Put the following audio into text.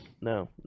No